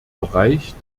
bereich